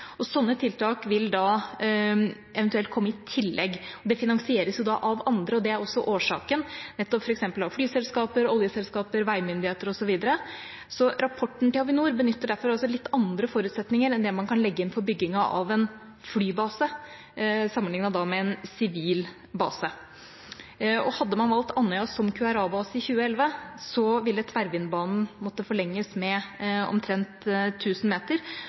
tiltak vil eventuelt komme i tillegg. Det finansieres av andre, og det er årsaken, av f.eks. flyselskaper, oljeselskaper, veimyndigheter osv. Rapporten til Avinor benytter derfor litt andre forutsetninger enn det man kan legge inn for bygging av en flybase sammenliknet med en sivil base. Hadde man valgt Andøya som QRA-base i 2011, ville tverrvindbanen måtte forlenges med omtrent 1 000 meter